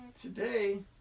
today